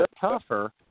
tougher